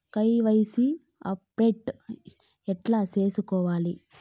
KYC update ఎట్లా సేసుకోవాలి?